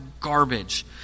garbage